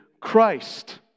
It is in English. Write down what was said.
Christ